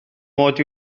mod